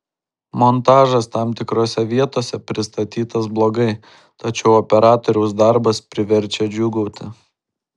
montažas tam tikrose vietose pristatytas blogai tačiau operatoriaus darbas priverčia džiūgauti